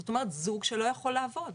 זאת אומרת זוג שלא יכול לעבוד,